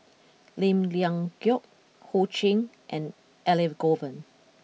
Lim Leong Geok Ho Ching and Elangovan